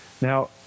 now